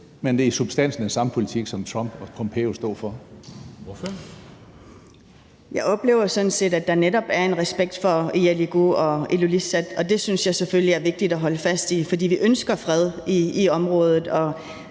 Kristensen): Ordføreren. Kl. 20:51 Aaja Chemnitz Larsen (IA): Jeg oplever sådan set, at der netop er en respekt for Igaliku og Ilulissat, og det synes jeg selvfølgelig er vigtigt at holde fast i, for vi ønsker fred i området.